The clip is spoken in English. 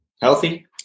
healthy